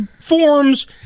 forms